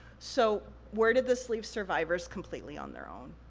so, where did this leave survivors? completely on their own.